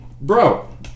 bro